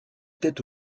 tête